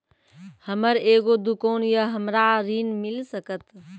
हमर एगो दुकान या हमरा ऋण मिल सकत?